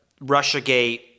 Russiagate